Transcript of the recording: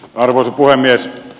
arvoisa puhemies